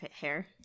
hair